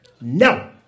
No